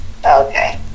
Okay